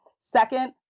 Second